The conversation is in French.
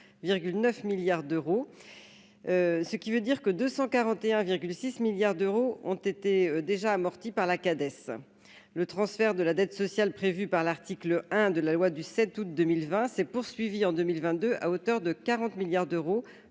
ce qui veut dire que 241,6 milliards d'euros ont été déjà amortie par la Cades S le transfert de la dette sociale prévue par l'article 1 de la loi du 7 août 2020 s'est poursuivie en 2022, à hauteur de 40 milliards d'euros